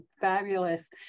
Fabulous